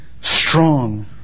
Strong